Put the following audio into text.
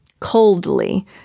Coldly